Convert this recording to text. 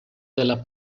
della